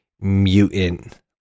mutant